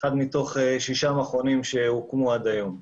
שהוא אחד מתוך שישה מכונים שהוקמו עד היום.